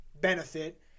benefit